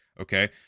okay